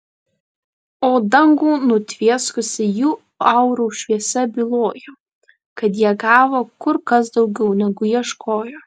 o dangų nutvieskusi jų aurų šviesa bylojo kad jie gavo kur kas daugiau negu ieškojo